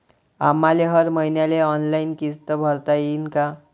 आम्हाले हर मईन्याले ऑनलाईन किस्त भरता येईन का?